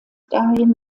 dahin